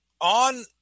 on